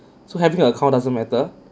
so having a card doesn't matter